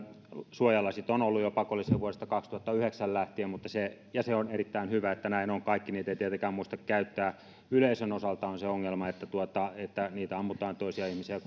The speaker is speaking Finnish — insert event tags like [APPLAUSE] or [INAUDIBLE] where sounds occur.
suojalasit ovat olleet pakollisia jo vuodesta kaksituhattayhdeksän lähtien ja on erittäin hyvä että näin on kaikki niitä eivät tietenkään muista käyttää yleisön osalta on se ongelma että raketteja ammutaan toisia ihmisiä [UNINTELLIGIBLE]